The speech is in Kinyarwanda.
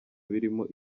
birimo